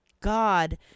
God